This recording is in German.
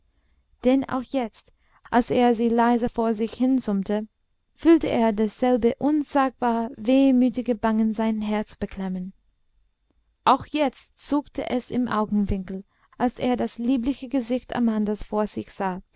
denn auch jetzt als er sie leise vor sich hinsummte fühlte er dasselbe unsagbar wehmütige bangen sein herz beklemmen auch jetzt zuckte es im augenwinkel als er das liebliche gesicht amandas vor sich sah